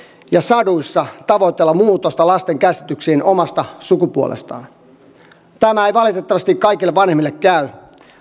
ja saduissa tavoitella muutosta lasten käsityksiin omasta sukupuolestaan tämä ei valitettavasti kaikille vanhemmille käy